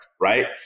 Right